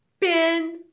pin